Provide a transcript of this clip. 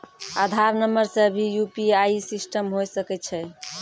आधार नंबर से भी यु.पी.आई सिस्टम होय सकैय छै?